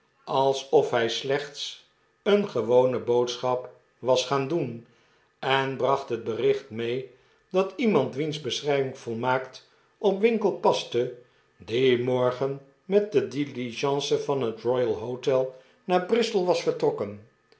alsof hij slechts een gewone boodschap was gaan doen en bracht het bericht mee dat iemand wiens beschrijving volmaakt op winkle paste dien morgen met de diligence van het royal hotel naar bristol was vertrokken